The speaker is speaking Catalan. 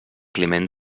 climent